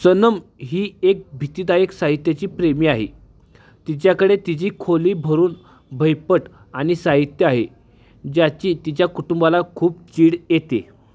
सनम ही एक भीतीदायक साहित्याची प्रेमी आहे तिच्याकडे तिची खोली भरून भैपट आनि साहित्य आहे ज्याची तिच्या कुटुंबाला खूप चीड येते